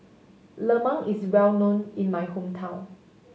lemang is well known in my hometown